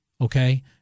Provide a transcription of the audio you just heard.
okay